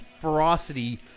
ferocity